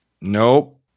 Nope